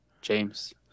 James